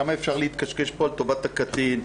כמה אפשר להתקשקש פה על טובת הקטין?